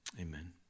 Amen